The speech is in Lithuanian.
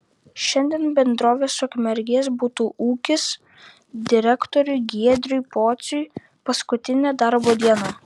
šiandien bendrovės ukmergės butų ūkis direktoriui giedriui pociui paskutinė darbo diena